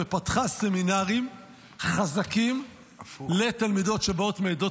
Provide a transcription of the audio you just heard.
ופתחה סמינרים חזקים לתלמידות שבאות מעדות